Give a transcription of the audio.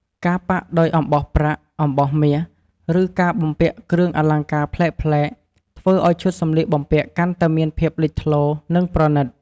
ការប៉ាក់ដោយអំបោះប្រាក់ អំបោះមាស ឬការបំពាក់គ្រឿងអលង្ការប្លែកៗ ធ្វើឱ្យឈុតសម្លៀកបំពាក់កាន់តែមានភាពលេចធ្លោ និងប្រណីត។